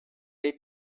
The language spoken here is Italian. dei